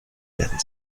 werden